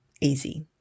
easy